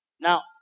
Now